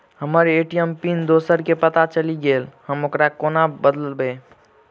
हम्मर ATM pin दोसर केँ पत्ता चलि गेलै, हम ओकरा कोना बदलबै?